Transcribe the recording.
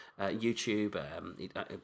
YouTube